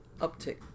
uptick